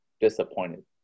disappointed